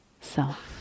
Self